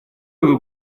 его